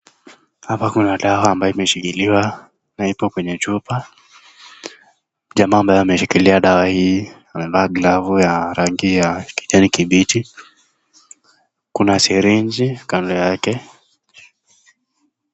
Hapa kuna dawa ambayo imeshikiliwa na ipo kwenye chupa. Mtu ambaye ameshikilia dawa hii amevaa glavu ya rangi ya kijani kibichi. Kuna siriji kando yake.